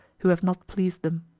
who have not pleased them.